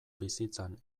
bizitzan